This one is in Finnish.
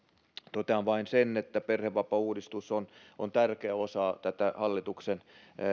totean vain sen että perhevapaauudistus on on tärkeä osa tätä hallituksen